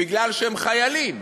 מפני שהם חיילים